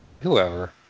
Whoever